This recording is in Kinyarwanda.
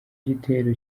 gitero